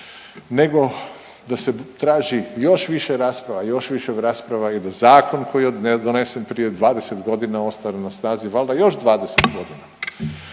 nego da se traži još više rasprava, još više rasprava i da zakon koji je donesen prije 20 godina ostane na snazi valjda još 20 godina.